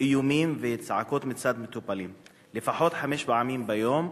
איומים וצעקות מצד מטופלים לפחות חמש פעמים ביום,